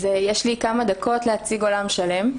אז יש לי כמה דקות להציג עולם שלם.